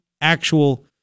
actual